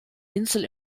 insel